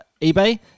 eBay